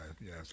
yes